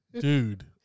Dude